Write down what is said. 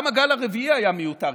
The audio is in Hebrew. גם הגל הרביעי היה מיותר,